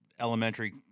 elementary